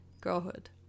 girlhood